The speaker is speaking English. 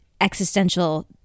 existential